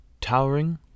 Towering